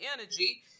energy